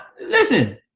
listen